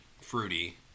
fruity